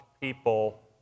people